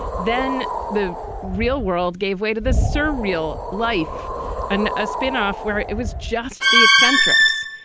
then the real world gave way to the surreal life and a spin off where it was just the eccentrics.